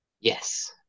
Yes